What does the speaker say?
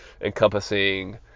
encompassing